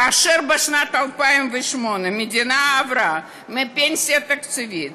כאשר בשנת 2008 המדינה עברה מפנסיה תקציבית